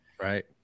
right